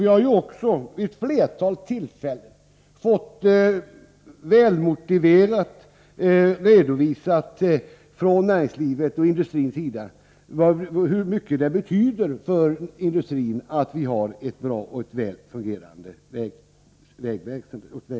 Vi har ju också vid ett flertal tillfällen fått välmotiverat redovisat från näringslivets och industrins sida hur mycket det betyder för industrin att vi har ett bra och väl fungerande vägsystem.